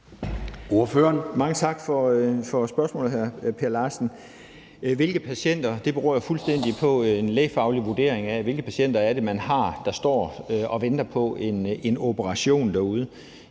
(S): Mange tak for spørgsmålet, hr. Per Larsen. Hvilke patienter det er, beror jo fuldstændig på en lægefaglig vurdering af, hvilke patienter det er, man har, der står og venter på en operation derude.